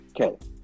okay